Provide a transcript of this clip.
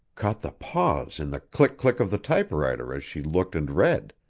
caught the pause in the click-click of the typewriter as she looked and read.